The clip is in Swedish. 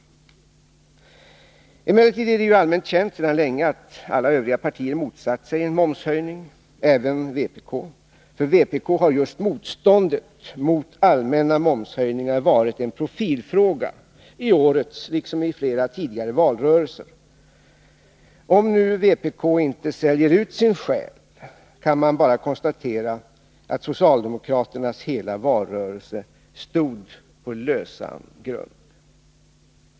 Emellertid är det ju allmänt känt sedan länge att alla övriga partier motsatt sig en momshöjning, även vpk. För vpk har just motståndet mot allmänna momshöjningar varit en profilfråga i årets valrörelse liksom i flera tidigare valrörelser. Om nu vpk inte säljer ut sin själ, kan man bara konstatera att socialdemokraternas hela valrörelse stod på lösan grund.